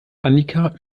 annika